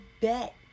bet